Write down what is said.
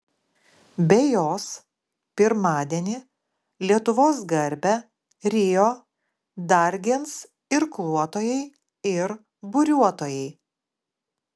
be jos pirmadienį lietuvos garbę rio dar gins irkluotojai ir buriuotojai